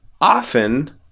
often